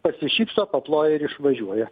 pasišypso paploja ir išvažiuoja